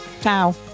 Ciao